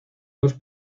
dos